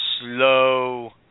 slow